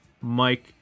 mike